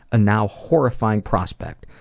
a now-horrifying prospect.